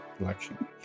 election